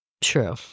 True